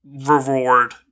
reward